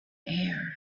air